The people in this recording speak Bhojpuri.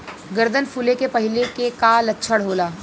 गर्दन फुले के पहिले के का लक्षण होला?